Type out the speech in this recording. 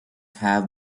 have